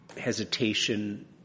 hesitation